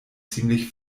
ziemlich